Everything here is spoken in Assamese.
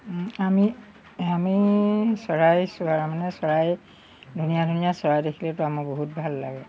আমি আমি চৰাই চোৱাৰ মানে চৰাই ধুনীয়া ধুনীয়া চৰাই দেখিলেতো আমাৰ বহুত ভাল লাগে